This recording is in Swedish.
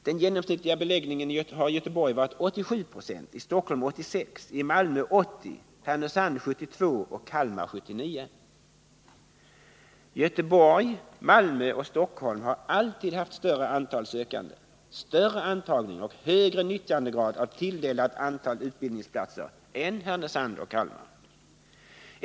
Den genomsnittliga beläggningen har i Göteborg varit 87 Jo, i Stockholm 86 26, i Malmö 80 26, i Härnösand 72 960 och i Kalmar 79 96. Göteborg, Malmö och Stockholm har alltid haft större antal sökande, större antagning och högre nyttjandegrad av tilldelat antal utbildningsplatser än Härnösand och Kalmar.